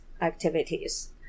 activities